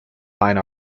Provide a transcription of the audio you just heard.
fine